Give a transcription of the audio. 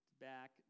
back